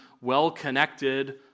well-connected